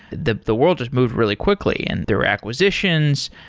the the world has moved really quickly and their acquisitions,